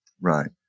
Right